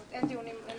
זאת אומרת, אין דיונים.